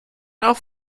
auch